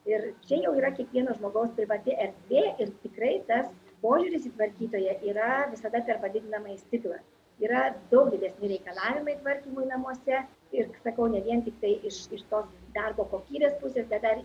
ir čia jau yra kiekvieno žmogaus privati erdvė ir tikrai tas požiūris į tvarkytoja yra visada per padidinamąjį stiklą yra daug didesni reikalavimai tvarkymui namuose ir sakau ne vien tiktai iš iš tos darbo kokybės pusės bet dar